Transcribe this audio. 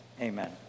amen